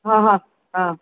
हां हां हां